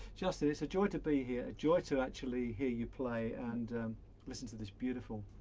justin, it's a joy to be here, a joy to actually hear you play and listen to this beautiful,